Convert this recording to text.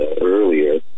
earlier